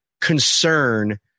concern